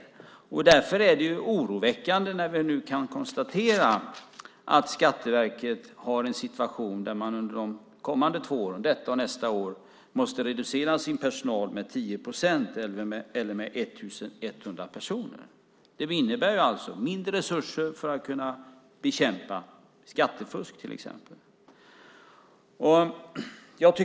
Därför är det oroväckande när vi nu kan konstatera att Skatteverket befinner sig i en situation där man under de kommande två åren, detta och nästa år, måste reducera sin personal med 10 procent eller med 1 100 personer. Det innebär alltså mindre resurser för att kunna bekämpa skattefusk till exempel.